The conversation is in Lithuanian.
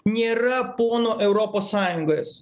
nėra pono europos sąjungos